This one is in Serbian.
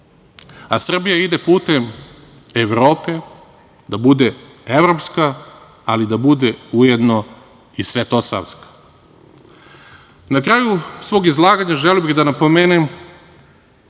Srbija ide putem Evrope, da bude evropska, ali da bude ujedno i svetosavska. Na kraju svog izlaganja želeo bih da napomenem